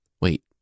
Wait